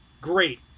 great